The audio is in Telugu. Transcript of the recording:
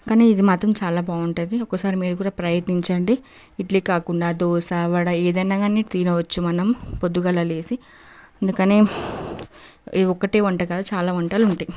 కానీ ఇది మాత్రం చాలా బాగుంటుంది ఒకసారి మీరు కూడా ప్రయత్నించండి ఇడ్లీ కాకుండా దోస వడ ఏదైనా కాని తినవచ్చు మనం పొద్దుగల లేసి అందుకని ఇది ఒక్కటే వంట కాదు చాలా వంటలుంటాయి